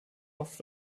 oft